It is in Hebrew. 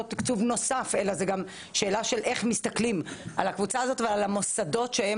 תקצוב נוסף אלא שאלה של איך מסתכלים על הקבוצה הזו ועל המוסדות שהם